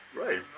Right